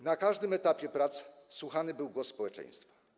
Na każdym etapie prac słuchany był głos społeczeństwa.